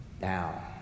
now